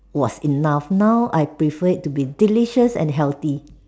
was enough now I prefer it to be delicious and healthy